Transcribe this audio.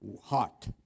hot